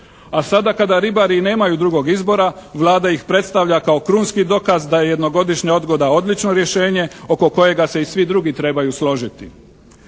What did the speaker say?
A sada kada ribari i nemaju drugog izbora Vlada ih predstavlja kao krunski dokaz da je jednogodišnja odgoda odlično rješenje oko kojega se i svi drugi trebaju složiti.